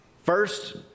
First